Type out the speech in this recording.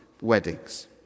weddings